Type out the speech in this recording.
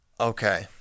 okay